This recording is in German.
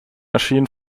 erschien